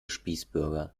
spießbürger